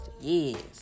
Yes